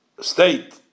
state